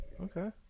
Okay